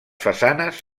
façanes